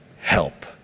help